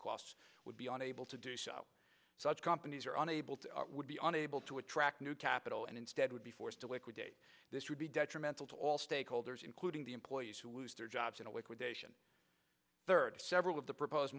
costs would be unable to do so such companies are unable to would be unable to attract new capital and instead would be forced to liquidate this would be detrimental to all stakeholders including the employees who lose their jobs in a week with haitian third several of the proposed